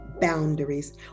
boundaries